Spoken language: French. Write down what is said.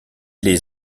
les